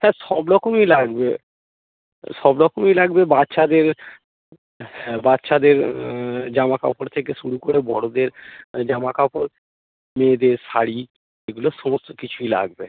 হ্যাঁ সব রকমই লাগবে সব রকমই লাগবে বাচ্চাদের হ্যাঁ বাচ্চাদের জামা কাপড় থেকে শুরু করে বড়দের জামা কাপড় মেয়েদের শাড়ি এগুলো সমস্ত কিছুই লাগবে